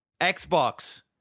Xbox